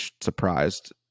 surprised